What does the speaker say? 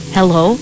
Hello